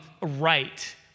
right